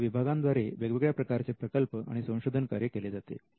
त्या विभागाद्वारे वेगवेगळ्या प्रकारचे प्रकल्प आणि संशोधन कार्य केले जाते